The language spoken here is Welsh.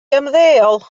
ymddeol